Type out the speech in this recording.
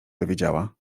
dowiedziała